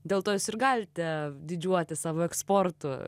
dėl to ir galite didžiuotis savo eksportu